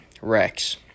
Rex